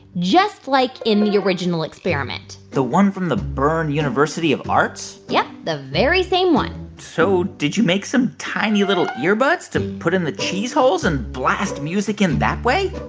just like in the original experiment the one from the bern university of arts? yep, the very same one so did you make some tiny, little earbuds to put in the cheese holes and blast music in that way?